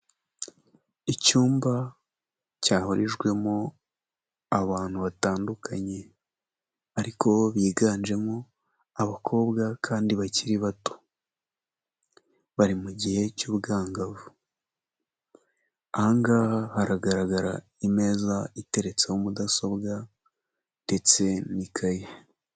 Icyumba cyahurijwemo abantu batandukanye, ariko biganjemo abakobwa kandi bakiri bato. Bari mu gihe cy'ubwangavu. Aha ngaha haragaragara imeza iteretseho mudasobwa ndetse n'ikayi.